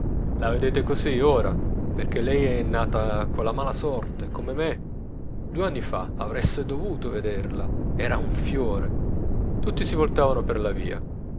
la vedete così ora perchè lei è nata con la mala sorte come me due anni fa avreste dovuto vederla era un fiore tutti si voltavano per la via